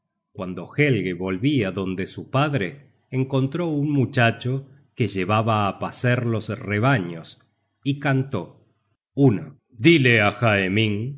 cuando helge volvia donde su padre encontró un muchacho que llevaba á pacer los rebaños y cantó dile á